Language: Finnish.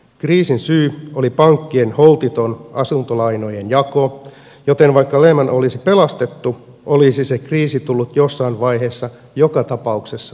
kriisin syy oli pankkien holtiton asuntolainojen jako joten vaikka lehman olisi pelastettu olisi se kriisi tullut jossain vaiheessa joka tapauksessa maksuun